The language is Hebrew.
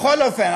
בכל אופן,